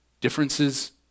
Differences